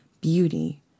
Beauty